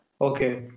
Okay